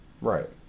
Right